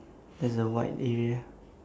there's a wide area